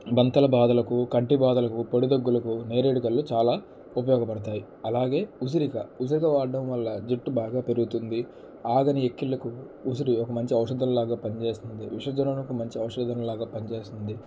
బంతలా బాధలకు కంటి బాధలకు పొడి దగ్గులకు నేరేడు పళ్ళు చాలా ఉపయోగపడతాయి అలాగే ఉసిరిక ఉసిరిక వాడడం వల్ల జుట్టు బాగా పెరుగుతుంది ఆగని ఎక్కిళ్లకు ఉసిరి ఒక మంచి ఔషధంలాగా పనిచేస్తుంది విషజ్వరానికి మంచి ఔషధంలాగా పనిచేస్తుంది